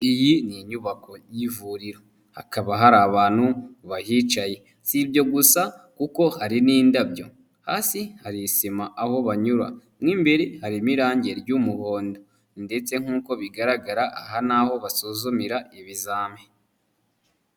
Iyi ni inyubako y'ivuriro hakaba hari abantu bahicaye, sibyo gusa kuko hari n'indabyo, hasi hari isima aho banyura, mo imbere harimo irangi ry'umuhondo ndetse nk'uko bigaragara aha ni aho basuzumira ibizami.